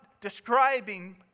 describing